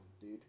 dude